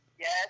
Yes